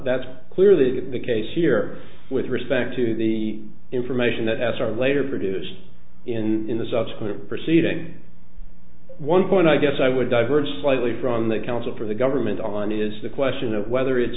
that's clearly the case here with respect to the information that f r later produced in the subsequent proceedings one point i guess i would divert slightly from the counsel for the government on is the question of whether it's